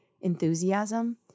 enthusiasm